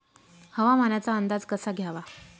हवामानाचा अंदाज कसा घ्यावा?